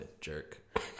jerk